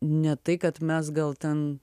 ne tai kad mes gal ten